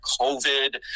COVID